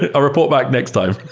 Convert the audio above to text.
ah report back next time.